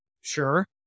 sure